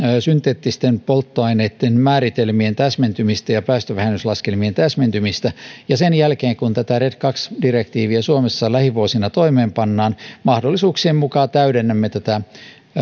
synteettisten polttoaineitten määritelmien täsmentymistä ja päästövähennyslaskelmien täsmentymistä ja sen jälkeen kun tätä red kaksi direktiiviä suomessa lähivuosina toimeenpannaan mahdollisuuksien mukaan täydennämme tätä